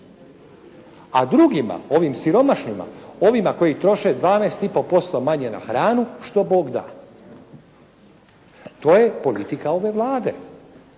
a drugima, ovim siromašnima, ovima koji troše 12,5% manje na hranu što bog da. To je politika ove Vlade,